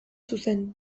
zuzen